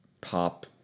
pop